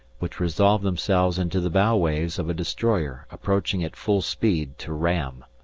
which resolved themselves into the bow waves of a destroyer approaching at full speed to ram.